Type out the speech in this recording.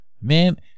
man